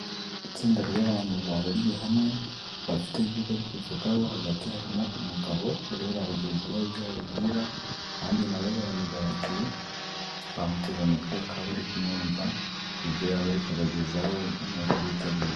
Itsinda ry'abantu bahuriye hamwe bafite ibyo bari kuvugaho, hagati harimo umugabo uriho urabagezaho ibyo ababwira, abandi nabo baramugaragiye bamuteze amatwi bakaba bari kumwumva ibyo yaba ari kubagezaho nkuko bitabiriye.